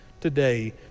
today